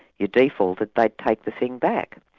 you defaulted, they'd take the thing back.